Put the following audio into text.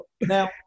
Now